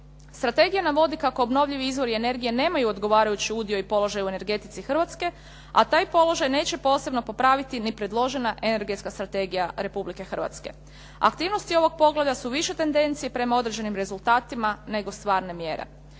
Strategija navodi kako obnovljivi izvori energije nemaju odgovarajući udio i položaj u energetici Hrvatske, a taj položaj neće posebno popraviti ni predložena energetska strategija Republike Hrvatske. Aktivnosti ovog poglavlja su više tendencije prema određenim rezultatima, nego stvarna mjera.